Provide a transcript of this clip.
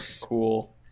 cool